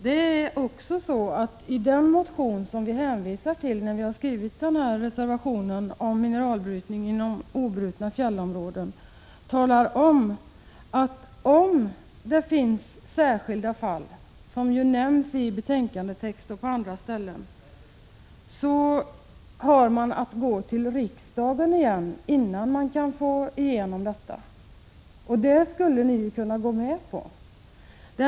Det är också så att i den motion som vi hänvisar till i reservationen om mineralbrytning inom obrutna fjällområden talar vi om att om det finns särskilda skäl, som nämns i betänkandetexten och på andra ställen, så har man att gå till riksdagen igen innan man kan få igenom detta. Det skulle ni också kunna gå med på.